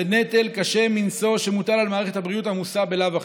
בנטל קשה מנשוא שמוטל על מערכת הבריאות העמוסה בלאו הכי.